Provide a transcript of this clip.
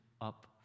up